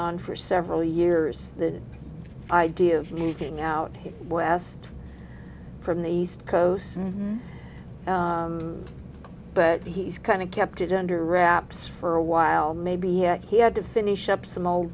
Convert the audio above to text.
on for several years the idea of moving out west from the east coast but he's kind of kept it under wraps for a while maybe he had to finish up some old